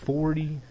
Forty